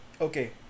okay